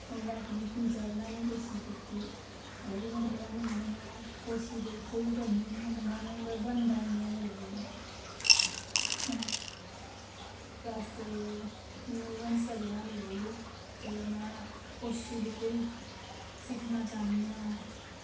ओह् इक्क दिन में पिज्जा बनाने दी कोशिश कीती ओह्बी मेरे कोला नेईं बनेआ कोशिश ते उसी बी करनी आं बनाने दी पर मेरे कोला बनदा निं ऐ ऐं बैसे नेईं बनी सकदा ऐ मेरे कोला ते मे कोशिश ते बथ्हेरी सिक्खना चाह्न्नी आं में